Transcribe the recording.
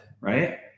right